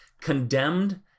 condemned